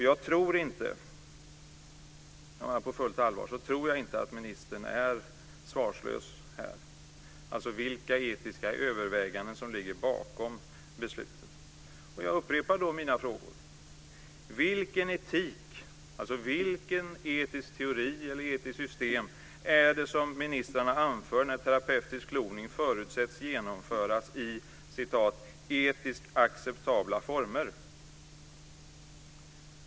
Jag tror inte på fullt allvar att ministern är svarslös när det gäller vilka etiska överväganden som ligger bakom beslutet. Jag upprepar mina frågor. Vilken etik - vilken etisk teori eller vilket etiskt system - anför ministrarna när terapeutisk kloning förutsätts genomföras under "etiskt acceptabla former"?